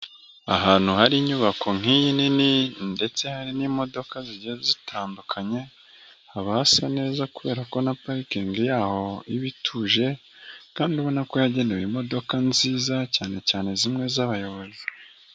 Ahantu hari inyubako nk'iyi nini ndetse hari n'imodoka zijya zitandukanye haba hasa neza kubera ko na parikingi yaho iba ituje kandi ubona ko yagenewe imodoka nziza cyane cyane zimwe z'abayobozi.